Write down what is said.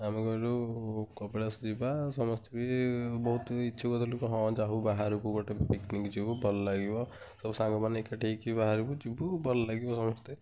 ଆମେ କହିଲୁ କପିଳାସ ଯିବା ସମସ୍ତେ ବି ବହୁତ ଇଛୁକ ଥିଲୁ କି ହଁ ଯାହା ହେଉ ବାହାରକୁ ଗୋଟେ ପିକିନିକ୍ ଯିବୁ ଭଲ ଲାଗିବ ସବୁ ସାଙ୍ଗ ମାନେ ଏକାଠି ହେଇକି ବାହାରକୁ ଯିବୁ ଭଲ ଲାଗିବ ସମସ୍ତେ